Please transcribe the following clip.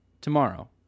tomorrow